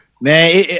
man